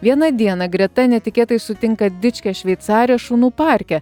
vieną dieną greta netikėtai sutinka dičkę šveicarę šunų parke